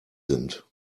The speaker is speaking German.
sind